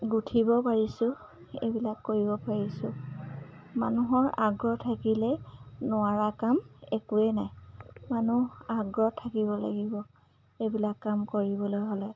গোঁঠিব পাৰিছোঁ এইবিলাক কৰিব পাৰিছোঁ মানুহৰ আগ্ৰহ থাকিলে নোৱাৰা কাম একোৱে নাই মানুহৰ আগ্ৰহ থাকিব লাগিব এইবিলাক কাম কৰিবলৈ হ'লে